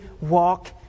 walk